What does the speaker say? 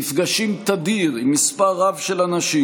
נפגשים תדיר עם מספר רב של אנשים,